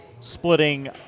splitting